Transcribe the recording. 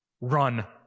run